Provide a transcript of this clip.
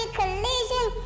collision